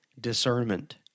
discernment